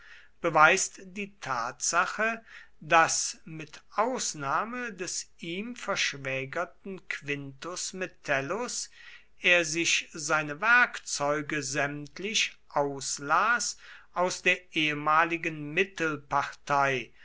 beweist die tatsache daß mit ausnahme des ihm verschwägerten quintus metellus er sich seine werkzeuge sämtlich auslas aus der ehemaligen mittelpartei